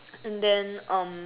and then